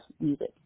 music